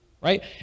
Right